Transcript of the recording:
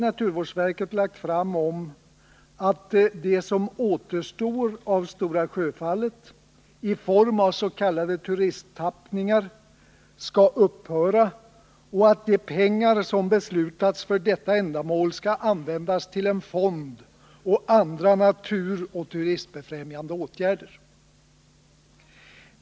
Naturvårdsverket har lagt fram ett förslag om att det som återstår av Stora Sjöfallet i form av s.k. turisttappningar skall upphöra och att de pengar som beslutats för detta ändamål skall användas till en fond och andra naturvårdsoch turistbefrämjande åtgärder.